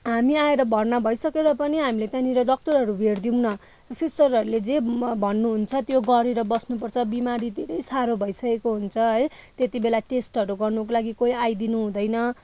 हामी आएर भर्ना भइसकेर पनि हामीले त्यहाँनिर डक्टरहरू भेट्दैनौँ सिस्टरहरूले जे म भन्नुहुन्छ त्यो गरेर बस्नुपर्छ बिमारी धेरै साह्रो भइसकेको हुन्छ है त्यतिबेला टेस्टहरू गर्नुको लागि कोही आइदिनु हुँदैन